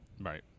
right